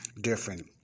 different